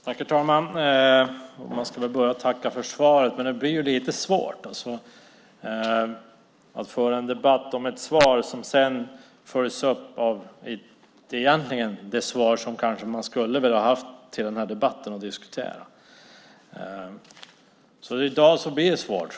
Herr talman! Man ska väl börja med att tacka för svaret, men det blir lite svårt att föra en debatt om ett svar som sedan följs upp av det svar som man kanske egentligen skulle ha velat ha inför diskussionerna i denna debatt. I dag blir det svårt.